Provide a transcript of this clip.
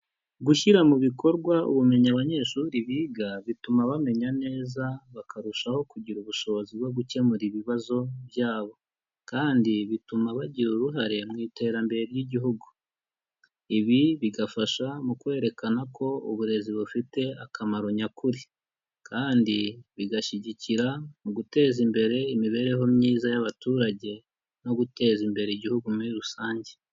Gushyira mu bikorwa ubumenyi abanyeshuri biga, bituma bamenya neza, bakarushaho kugira ubushobozi bwo gukemura ibibazo byabo. Kandi bituma bagira uruhare mu iterambere ry'Igihugu. Ibi bigafasha mu kwerekana ko uburezi bufite akamaro nyakuri, kandi bigashyigikira mu guteza imbere imibereho myiza y'abaturage, no guteza imbere Igihugu muri rusange.